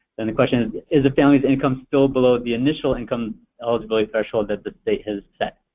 then the question is is the family's income still below the initial income eligibility threshold that the state has set.